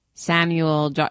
Samuel